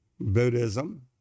Buddhism